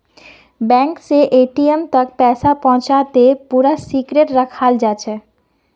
bank स ATM तक पैसा पहुंचाते पूरा सिक्रेट रखाल जाछेक